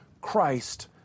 Christ